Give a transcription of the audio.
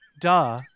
Duh